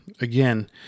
again